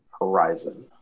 Horizon